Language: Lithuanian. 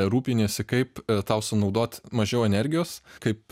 rūpiniesi kaip tau sunaudot mažiau energijos kaip